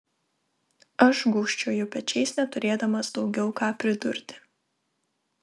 aš gūžčioju pečiais neturėdamas daugiau ką pridurti